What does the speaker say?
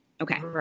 Okay